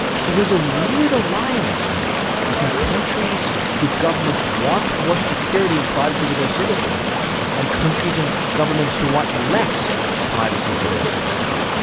so there's a weird alliance now between countries whose governments want more security and privacy for their citizens and countries and governments who want less privacy for their citizens,